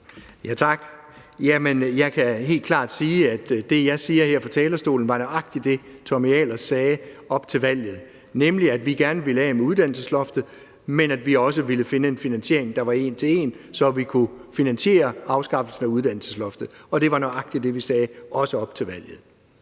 Jamen jeg kan helt klart sige, at det, jeg siger her fra talerstolen, er nøjagtig det, Tommy Ahlers sagde op til valget, nemlig at vi gerne ville af med uddannelsesloftet, men også at vi ville finde en finansiering, der var en til en, så vi kunne finansiere afskaffelsen af uddannelsesloftet. Det var nøjagtig det, vi sagde – også op til valget.